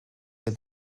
que